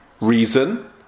Reason